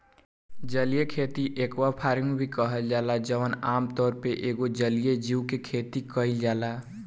जलीय खेती के एक्वाफार्मिंग भी कहल जाला जवन आमतौर पर एइमे जलीय जीव के खेती कईल जाता